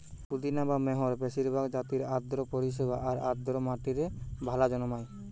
পুদিনা বা মেন্থার বেশিরভাগ জাতিই আর্দ্র পরিবেশ আর আর্দ্র মাটিরে ভালা জন্মায়